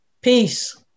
peace